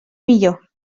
millor